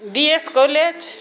D S college